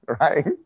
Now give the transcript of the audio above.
right